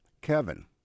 Kevin